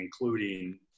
including